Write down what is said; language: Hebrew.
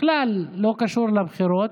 בכלל לא קשור לבחירות.